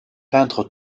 peintre